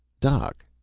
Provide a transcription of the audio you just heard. doc,